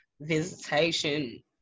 visitation